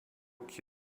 que